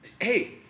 hey